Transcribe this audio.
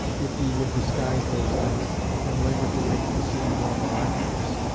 if we would disguise those things and labour to make them seem more miraculous.